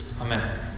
Amen